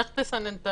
איך תסנן?